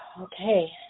okay